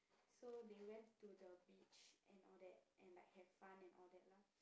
so they went to the beach and all that and like have fun and all that lah